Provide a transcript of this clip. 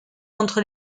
contre